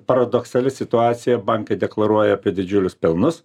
paradoksali situacija bankai deklaruoja apie didžiulius pelnus